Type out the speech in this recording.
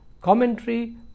commentary